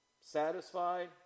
satisfied